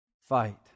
Fight